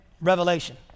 Revelation